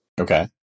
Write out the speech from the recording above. Okay